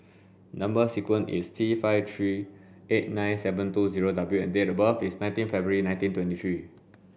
number sequence is T five three eight nine seven two zero W and date of birth is nineteen February nineteen twenty three